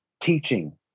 teaching